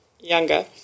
younger